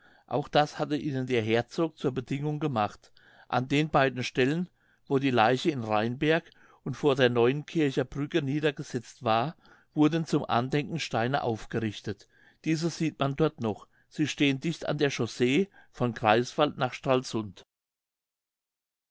auch das hatte ihnen der herzog zur bedingung gemacht an den beiden stellen wo die leiche in rheinberg und vor der neuenkircher brücke niedergesetzt war wurden zum andenken steine aufgerichtet diese sieht man dort noch sie stehen dicht an der chaussee von greifswald nach stralsund